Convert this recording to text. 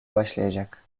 başlayacak